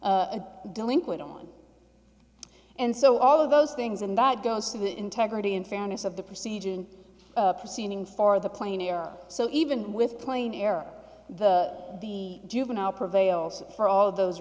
a delinquent on and so all of those things and that goes to the integrity and fairness of the procedure and proceeding for the plane so even with playing air the the juvenile prevails for all those